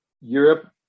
Europe